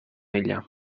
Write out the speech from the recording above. ella